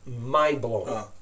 mind-blowing